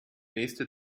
nächste